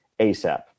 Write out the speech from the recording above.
ASAP